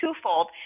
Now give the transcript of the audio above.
twofold